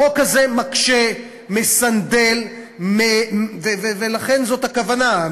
החוק הזה מקשה, מסנדל, ולכן, זאת הכוונה.